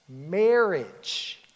marriage